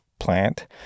plant